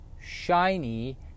shiny